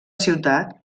ciutat